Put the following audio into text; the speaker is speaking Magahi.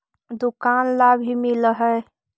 दुकान ला भी मिलहै?